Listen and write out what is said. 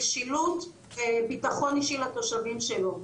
משילות וביטחון אישי לתושבים שלו.